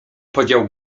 podział